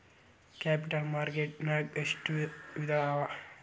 Capital market ನ್ಯಾಗ್ ಎಷ್ಟ್ ವಿಧಾಅವ?